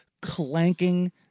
clanking